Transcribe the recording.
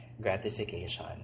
gratification